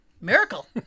Miracle